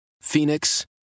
Phoenix